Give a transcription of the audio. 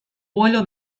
vuelo